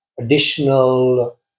additional